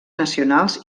nacionals